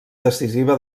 decisiva